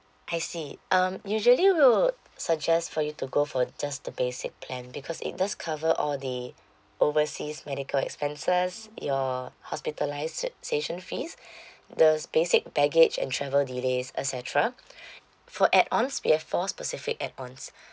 I see um usually we'll suggest for you to go for just the basic plan because it does cover all the overseas medical expenses your hospitalis~ ~sation fees the basic baggage and travel delays et cetera for add ons we have four specific add ons